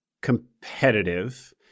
competitive